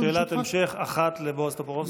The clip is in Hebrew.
שאלת המשך אחת לבועז טופורובסקי.